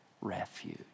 refuge